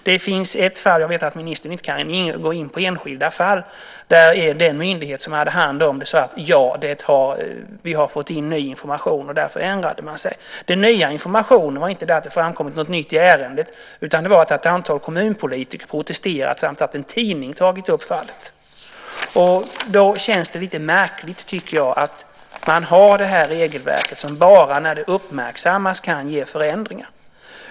Det finns ett fall - jag vet att ministern inte kan gå in på enskilda fall - där den myndighet som hade hand om det sade att man hade fått in ny information och därför ändrade sig. Den nya informationen var inte att det hade framkommit något nytt i ärendet utan att ett antal kommunpolitiker hade protesterat samt att en tidning tagit upp fallet. Jag tycker att det känns lite märkligt att man har det här regelverket där det bara när något uppmärksammas kan göras förändringar.